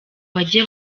bajye